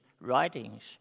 writings